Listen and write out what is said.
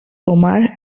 omar